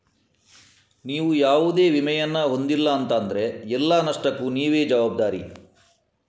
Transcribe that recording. ನೀವು ಯಾವುದೇ ವಿಮೆಯನ್ನ ಹೊಂದಿಲ್ಲ ಅಂತ ಆದ್ರೆ ಎಲ್ಲ ನಷ್ಟಕ್ಕೂ ನೀವೇ ಜವಾಬ್ದಾರಿ